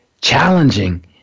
challenging